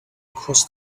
across